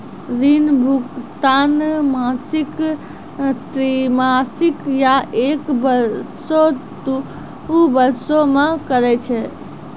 ऋण भुगतान मासिक, त्रैमासिक, या एक बरसो, दु बरसो मे करै छै